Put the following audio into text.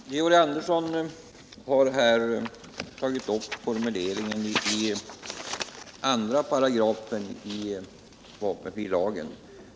Herr talman! Georg Andersson har här tagit upp formuleringen i 25 vapenfrilagen.